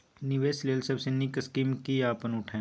निवेश लेल सबसे नींक स्कीम की या अपन उठैम?